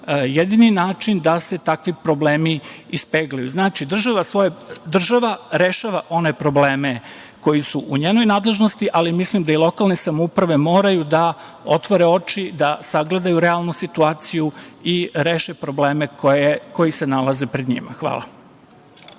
jedini način da se takvi problemi ispeglaju. Znači, država rešava one probleme koji su u njenoj nadležnosti, ali mislim da i lokalne samouprave moraju da otvore oči, da sagledaju realnu situaciju i reše probleme koji se nalaze pred njima. Hvala.